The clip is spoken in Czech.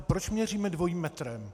Proč měříme dvojím metrem?